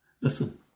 Listen